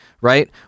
right